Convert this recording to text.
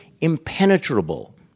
impenetrable